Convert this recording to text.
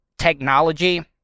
Technology